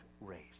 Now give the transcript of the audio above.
race